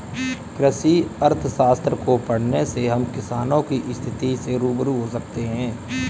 कृषि अर्थशास्त्र को पढ़ने से हम किसानों की स्थिति से रूबरू हो सकते हैं